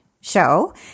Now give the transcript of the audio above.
show